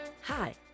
Hi